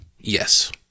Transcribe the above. Yes